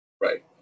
right